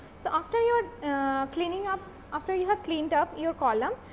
so, after your cleaning up after you have cleaned up your column,